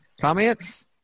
Comments